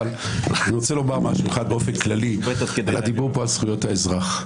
אבל אני רוצה לומר משהו אחד באופן כללי על הדיבור פה על זכויות האזרח.